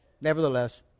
nevertheless